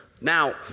Now